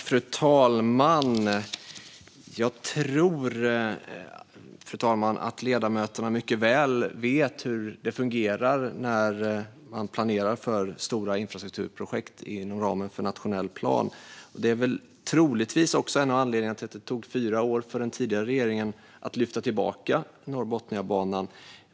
Fru talman! Jag tror att ledamöterna mycket väl vet hur det fungerar när man planerar för stora infrastrukturprojekt inom ramen för nationell plan. Detta är troligtvis också en av anledningarna till att det tog fyra år för den tidigare regeringen att lyfta tillbaka Norrbotniabanan.